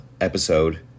episode